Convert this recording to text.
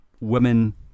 women